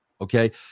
Okay